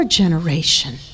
generation